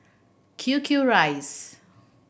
Q Q Rice